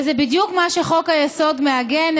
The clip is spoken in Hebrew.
וזה בדיוק מה שחוק-היסוד מעגן,